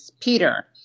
Peter